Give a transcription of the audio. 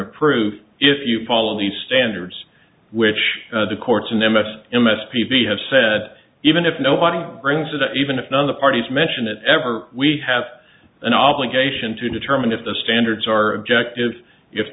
of proof if you follow the standards which the courts and m s m s p b have said even if nobody brings it up even if none of the parties mention it ever we have an obligation to determine if the standards are objective if